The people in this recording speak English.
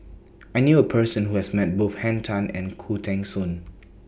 I knew A Person Who has Met Both Henn Tan and Khoo Teng Soon